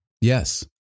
yes